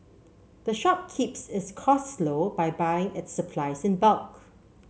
the shop keeps its costs low by buying its supplies in bulk